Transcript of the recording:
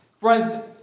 Friends